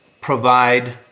provide